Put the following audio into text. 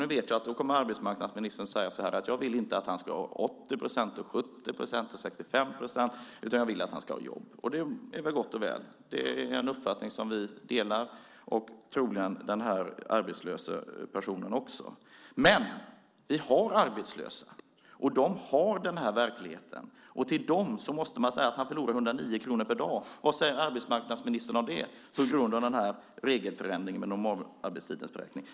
Nu vet jag att arbetsmarknadsministern kommer att säga: Jag vill inte att han ska ha 80 procent, 70 procent eller 65 procent, utan jag vill att han ska få jobb. Det är väl gott och väl. Det är en uppfattning som vi delar, och troligen också den arbetslöse. Men vi har arbetslösa, och de har den här verkligheten. Till dem måste man säga att han förlorar 109 kronor per dag på grund av regelförändringen av normalarbetstidens beräkning. Vad säger arbetsmarknadsministern om det?